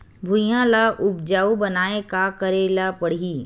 भुइयां ल उपजाऊ बनाये का करे ल पड़ही?